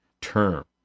term